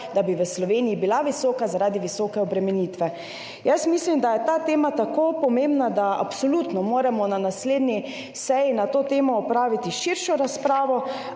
zdaleč v Sloveniji ni visoka zaradi visoke obremenitve. Jaz mislim, da je ta tema tako pomembna, da moramo na naslednji seji na to temo